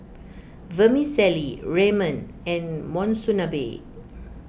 Vermicelli Ramen and Monsunabe